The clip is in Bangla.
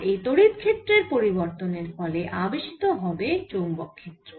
আর এই তড়িৎ ক্ষেত্রের পরিবর্তনের ফলে আবেশিত হবে চৌম্বক ক্ষেত্র